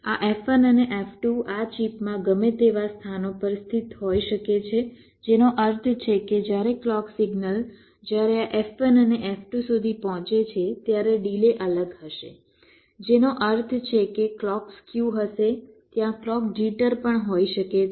આ F1 અને F2 આ ચિપમાં ગમે તેવા સ્થાનો પર સ્થિત હોઈ શકે છે જેનો અર્થ છે કે જ્યારે ક્લૉક સિગ્નલ જ્યારે આ F1 અને F2 સુધી પહોંચે છે ત્યારે ડિલે અલગ હશે જેનો અર્થ છે કે ક્લૉક સ્ક્યુ હશે ત્યાં ક્લૉક જિટર પણ હોઈ શકે છે